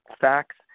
facts